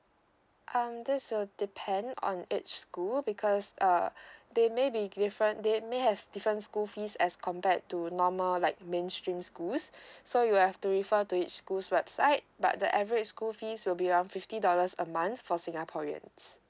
um this will depend on each school because uh they may be different they may have different school fees as compared to normal like mainstream schools so you have to refer to each school's website but the average school fees will be around fifty dollars a month for singaporeans